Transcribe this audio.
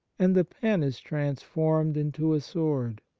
and the pen is transformed into a sword.